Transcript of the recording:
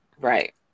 Right